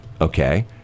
okay